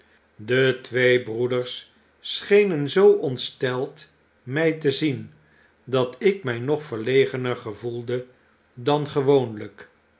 de twee broeders schenen zoo ontsteld mij te zien dat ik my nog verlegener gevoelde dan gewoonlyk